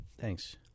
Thanks